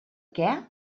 què